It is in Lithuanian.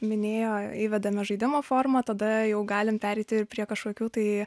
minėjo įvedame žaidimo forma tada jau galim pereiti ir prie kažkokių tai